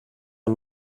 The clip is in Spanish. han